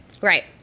right